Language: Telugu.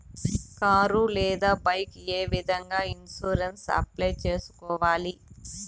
కారు లేదా బైకు ఏ విధంగా ఇన్సూరెన్సు అప్లై సేసుకోవాలి